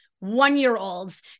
one-year-olds